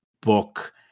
book